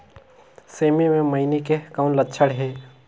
सेमी मे मईनी के कौन लक्षण हे?